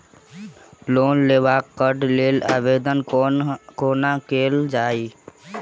Loan लेबऽ कऽ लेल आवेदन कोना कैल जाइया?